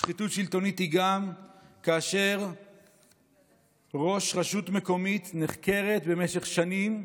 שחיתות שלטונית היא גם כאשר ראש רשות מקומית נחקרת במשך שנים,